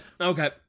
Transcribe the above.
Okay